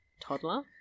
toddler